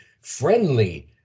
friendly